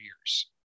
years